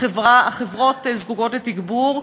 החברות זקוקות לתגבור,